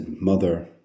mother